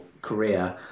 career